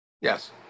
Yes